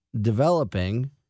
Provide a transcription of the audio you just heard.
developing